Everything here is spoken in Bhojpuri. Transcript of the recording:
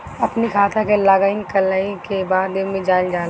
अपनी खाता के लॉगइन कईला के बाद एमे जाइल जाला